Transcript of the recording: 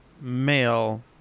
male